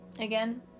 again